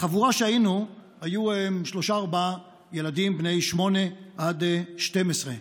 בחבורה שהיינו היו שלושה או ארבעה ילדים בני 8 עד 12,